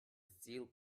steel